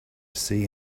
see